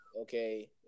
okay